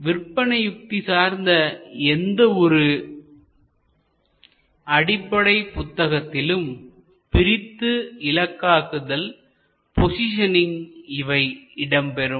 விற்பனை உத்தி சார்ந்த எந்த ஒரு அடிப்படை புத்தகத்திலும் பிரித்து இலக்காக்குதல் போசிஷனிங் இவை இடம் பெறும்